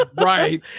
Right